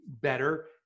better